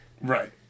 Right